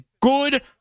good